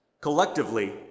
Collectively